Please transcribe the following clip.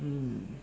mm